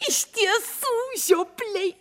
iš tiesų žiopliai